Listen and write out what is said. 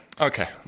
Okay